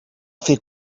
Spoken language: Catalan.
fer